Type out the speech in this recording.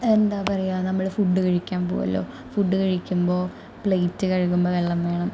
എന്താ പറയുക നമ്മൾ ഫുഡ് കഴിക്കാൻ പോകുമല്ലോ ഫുഡ് കഴിക്കുമ്പോൾ പ്ലേറ്റ് കഴുകുമ്പോൾ വെള്ളം വേണം